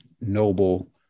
noble